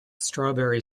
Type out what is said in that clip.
strawberry